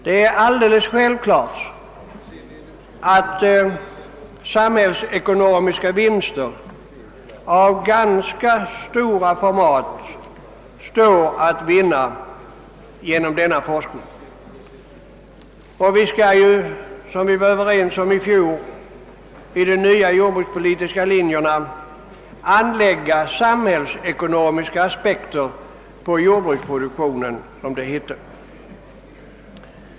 Det är alldeles givet att samhällsekonomiska vinster av stort format står att vinna genom denna forskning. Vi var ju också i fjol vid antagandet av de nya jordbrukspolitiska riktlinjerna överens om, som det hette, att anlägga samhällsekonomiska aspekter på jordbruksproduktionen.